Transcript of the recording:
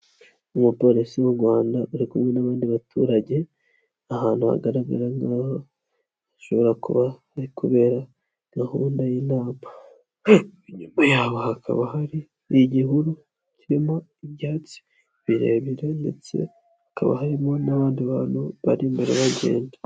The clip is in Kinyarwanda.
Umupolisi w'u Rwanda uri kumwe n'abandi baturage ahantu hagaragara nk'aho hashobora kuba hari kubera gahunda y'inama, inyuma yabo hakaba hari igihuru kirimo ibyatsi birebire ndetse hakaba harimo n'abandi bantu bari imbere bagenda.